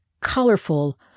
colorful